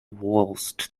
waltzed